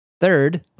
Third